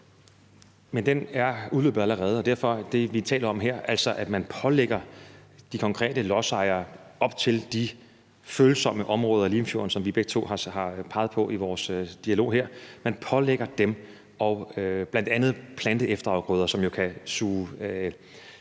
Den er allerede udløbet. Derfor taler vi altså her om, at man pålægger de konkrete lodsejere op til de følsomme områder af Limfjorden, som vi begge to har peget på i vores dialog her, bl.a. at plante efterafgrøder, som jo kan suge